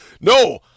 No